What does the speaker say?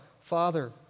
Father